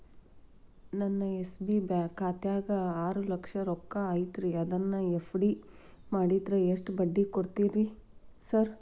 ನನ್ನ ಎಸ್.ಬಿ ಖಾತ್ಯಾಗ ಆರು ಲಕ್ಷ ರೊಕ್ಕ ಐತ್ರಿ ಅದನ್ನ ಎಫ್.ಡಿ ಮಾಡಿದ್ರ ಎಷ್ಟ ಬಡ್ಡಿ ಕೊಡ್ತೇರಿ ಸರ್?